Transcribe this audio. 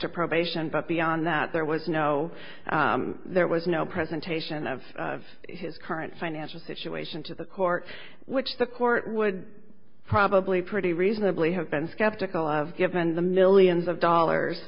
to probation but beyond that there was no there was no presentation of his current financial situation to the court which the court would probably pretty reasonably have been skeptical of given the millions of dollars